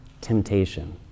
temptation